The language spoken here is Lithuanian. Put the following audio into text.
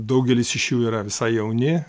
daugelis iš jų yra visai jauni